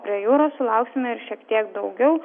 prie jūros sulauksime šiek tiek daugiau